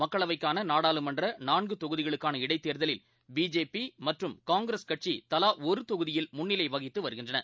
மக்களவைக்கான நாடாளுமன்ற நான்கு தொகுதிகளுக்கான இடைத்தேர்தலில் பிஜேபி மற்றும் காங்கிரஸ் கட்சி தலா ஒரு தொகுதியில் முன்னிலை வகித்து வருகின்றன